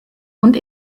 und